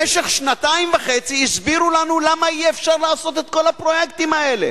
במשך שנתיים וחצי הסבירו לנו למה אי-אפשר לעשות את כל הפרויקטים האלה,